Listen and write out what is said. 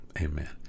Amen